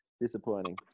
Disappointing